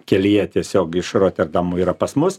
kelyje tiesiog iš roterdamo yra pas mus